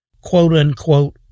quote-unquote